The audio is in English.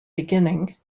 beginning